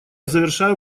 завершаю